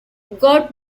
guard